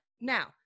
now